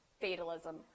fatalism